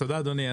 תודה אדוני.